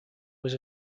was